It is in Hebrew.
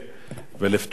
ולפתור בעיה.